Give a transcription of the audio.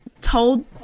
told